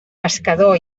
pescador